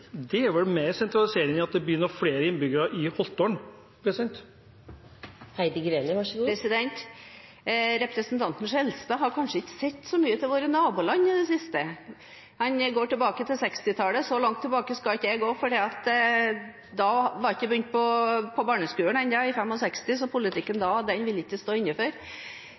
Det er vel mer sentraliserende enn at det blir noen flere innbyggere i Haltdalen. Representanten Skjelstad har kanskje ikke sett så mye til våre naboland i det siste. Han går tilbake til 1960-tallet. Så langt tilbake skal ikke jeg gå. Jeg var ikke begynt på barneskolen enda i 1965, så politikken da vil jeg ikke stå inne for.